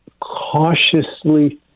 cautiously